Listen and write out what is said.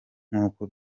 nkuko